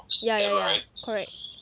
yeah yeah correct